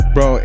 Bro